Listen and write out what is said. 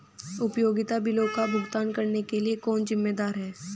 उपयोगिता बिलों का भुगतान करने के लिए कौन जिम्मेदार है?